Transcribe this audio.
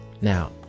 Now